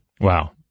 Wow